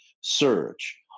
surge